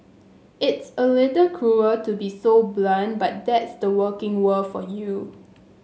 it's a little cruel to be so blunt but that's the working world for you